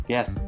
Yes